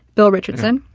bill richardson.